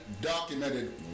documented